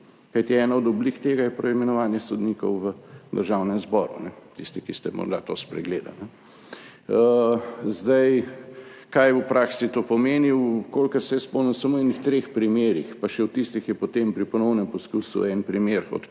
Kajti ena od oblik tega je prav imenovanje sodnikov v Državnem zboru. Za tiste, ki ste morda to spregledali. Kaj v praksi to pomeni? Kolikor se jaz spomnim, je samo v kakšnih treh primerih, pa še od tistih je potem pri ponovnem poskusu en primer odpadel,